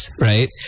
Right